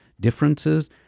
differences